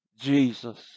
Jesus